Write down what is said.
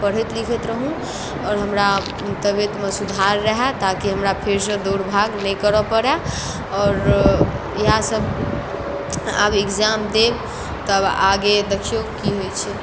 पढ़ैत लिखैत रहूँ आओर हमरा तबियतमे सुधार रहए ताकि हमरा फेरसँ दौड़ भाग नहि करय पड़ए आओर इएहसभ आब इक्जाम देब तब आगे देखियौ की होइत छै